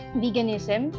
veganism